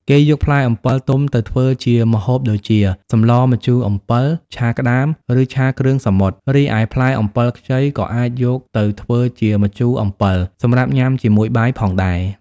គេយកផ្លែអំពិលទុំទៅធ្វើជាម្ហូបដូចជា សម្លរម្ជូរអំពិល ឆាក្ដាម ឬ ឆាគ្រឿងសមុទ្រ។ រីឯផ្លែអំពិលខ្ចីក៏អាចយកទៅធ្វើជា ម្ជូរអំពិល សម្រាប់ញ៉ាំជាមួយបាយផងដែរ។